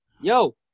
yo